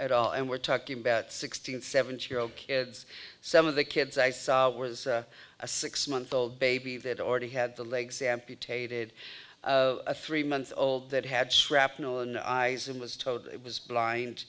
at all and we're talking about sixteen seventeen year old kids some of the kids i saw was a six month old baby that already had the legs amputated a three month old that had shrapnel in eyes and was told it was blind